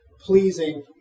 pleasing